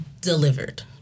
delivered